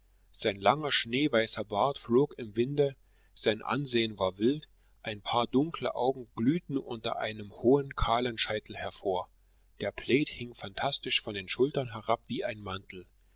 sein langer schneeweißer bart flog im winde sein ansehen war wild ein paar dunkle augen glühten unter einem hohen kahlen scheitel hervor der plaid hing phantastisch von den schultern herab wie ein mantel